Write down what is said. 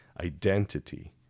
Identity